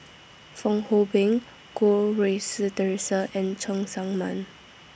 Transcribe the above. Fong Hoe Beng Goh Rui Si Theresa and Cheng Tsang Man